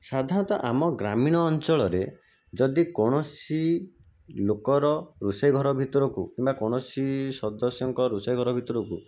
ସାଧାରଣତଃ ଆମ ଗ୍ରାମୀଣ ଅଞ୍ଚଳରେ ଯଦି କୌଣସି ଲୋକର ରୋଷେଇଘର ଭିତରକୁ କିମ୍ବା କୌଣସି ସଦସ୍ୟଙ୍କ ରୋଷେଇଘର ଭିତରକୁ